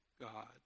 God